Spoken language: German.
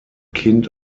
kind